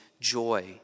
joy